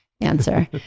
Answer